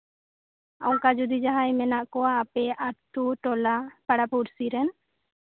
ᱚᱱᱠᱟ ᱡᱚᱫᱤ ᱡᱟᱦᱟᱸᱭ ᱢᱮᱱᱟᱜ ᱯᱮᱭᱟ ᱟᱯᱮᱭᱟᱜ ᱟᱛᱳ ᱴᱚᱞᱟ ᱯᱟᱲᱟ ᱯᱩᱲᱥᱤ ᱨᱮᱱ